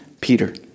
Peter